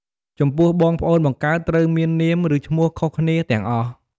ចំពោះបងប្អូនបង្កើតត្រូវមាននាម ឬឈ្មោះខុសគ្នាទាំងអស់។